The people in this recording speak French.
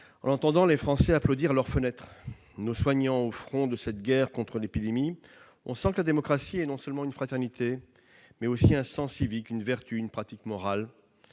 En entendant les Français applaudir à leurs fenêtres nos soignants, au front dans cette guerre contre l'épidémie, on sent que la démocratie repose non seulement sur une fraternité, mais aussi sur un sens civique, une vertu, une pratique morale.